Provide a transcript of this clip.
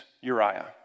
Uriah